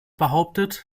behauptet